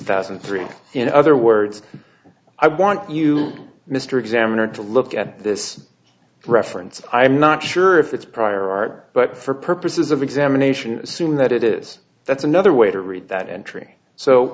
thousand and three in other words i want you mr examiner to look at this reference i'm not sure if it's prior art but for purposes of examination assume that it is that's another way to read that entry so